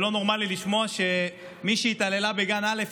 זה לא נורמלי לשמוע שמי שהתעללה בגן א',